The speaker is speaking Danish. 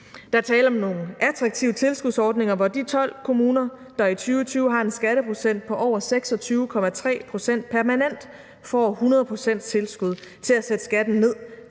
er tale om nogle attraktive tilskudsordninger, hvor de 12 kommuner, som i 2020 har en skatteprocent på over 26,3, permanent får 100 pct. i tilskud til at sætte skatten ned